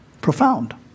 Profound